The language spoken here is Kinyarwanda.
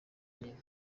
nyina